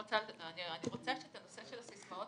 בנושא של הסיסמאות,